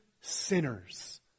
sinners